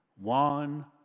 One